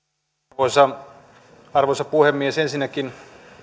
arvoisa arvoisa puhemies ensinnäkin